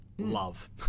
love